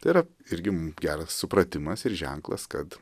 tai yra irgi geras supratimas ir ženklas kad